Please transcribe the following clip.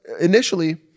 initially